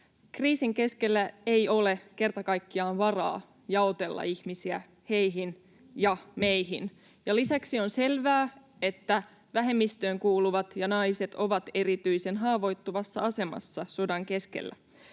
Kriisin keskellä ei ole kerta kaikkiaan varaa jaotella ihmisiä heihin ja meihin. Lisäksi on selvää, että vähemmistöön kuuluvat ja naiset ovat erityisen haavoittuvassa asemassa sodan keskellä.